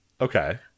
Okay